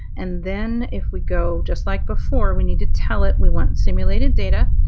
and then if we go, just like before, we need to tell it we want simulated data,